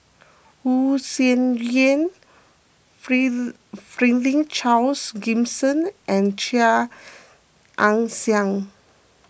Wu Tsai Yen Franklin Charles Gimson and Chia Ann Siang